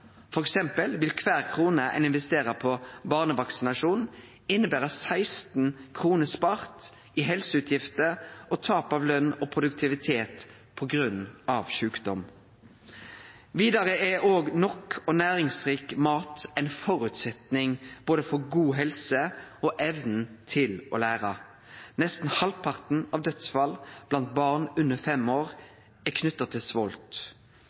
vil kvar krone ein investerer i barnevaksinasjon, innebere 16 kr spart i helseutgifter og tap av løn og produktivitet på grunn av sjukdom. Vidare er nok og næringsrik mat ein føresetnad både for god helse og for evna til å lære. Nesten halvparten av dødsfalla blant barn under 5 år er knytte til